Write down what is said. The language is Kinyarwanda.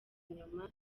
inyuma